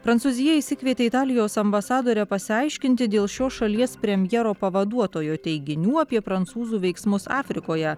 prancūzija išsikvietė italijos ambasadorę pasiaiškinti dėl šios šalies premjero pavaduotojo teiginių apie prancūzų veiksmus afrikoje